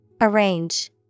Arrange